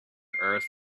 earth